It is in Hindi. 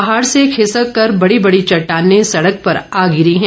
पहाड़ से खिसक कर बड़ी बड़ी चट्टाने सड़क पर आ गिरी हैं